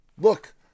look